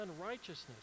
unrighteousness